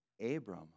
Abram